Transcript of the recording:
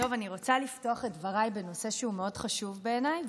אני רוצה לפתוח את דבריי בנושא שהוא מאוד חשוב בעיניי,